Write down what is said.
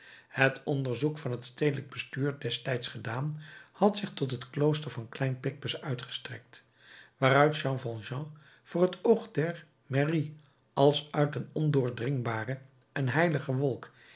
het onderzoek van het stedelijk bestuur destijds gedaan had zich tot het klooster van klein picpus uitgestrekt waaruit jean valjean voor het oog der mairie als uit een ondoordringbare en heilige wolk